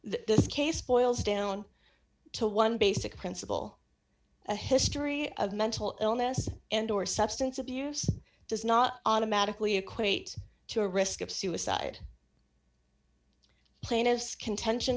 this case boils down to one basic principle a history of mental illness and or substance abuse does not automatically equate to a risk of suicide plaintiff's contention